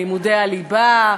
לימודי הליבה,